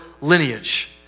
lineage